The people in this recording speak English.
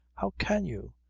how can you!